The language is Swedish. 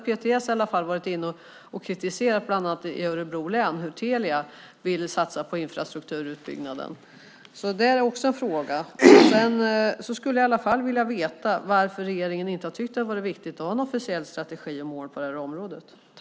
PTS har kritiserat bland annat hur Telia i Örebro län vill satsa på infrastrukturutbyggnaden. Också det är en frågeställning i sammanhanget. Jag skulle vilja veta varför regeringen inte har tyckt att det är viktigt att ha en officiell strategi och mål på området.